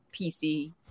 PC